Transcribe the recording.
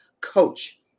coach